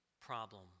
problem